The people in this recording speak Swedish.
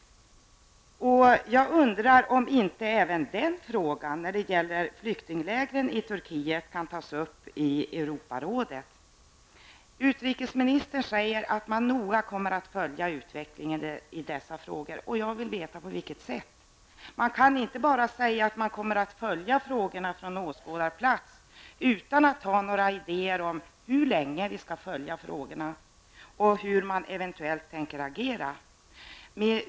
Jag undrar om inte även frågan om flyktinglägren i Turkiet kan tas upp i Europarådet. Utrikesministern säger att man noga kommer att följa utvecklingen i dessa frågor. Jag vill då veta på vilket sätt. Man kan inte bara säga att man kommer att följa frågorna från åskådarplats utan att ha några idéer om hur länge man skall följa frågorna och hur man eventuellt skall agera.